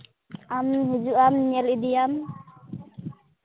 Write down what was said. ᱟᱢ ᱦᱤᱡᱩᱜ ᱟᱢ ᱧᱮᱞ ᱤᱫᱤᱭᱟᱢ